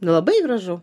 labai gražu